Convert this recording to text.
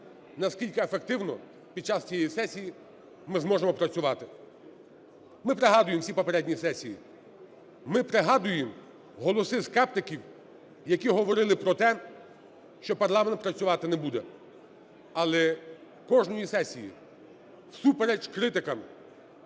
наскільки ефективно під час цієї сесії ми зможемо працювати. Ми пригадуємо всі попередні сесії, ми пригадуємо голоси скептиків, які говорили про те, що парламент працювати не буде. Але кожної сесії, всупереч критикам,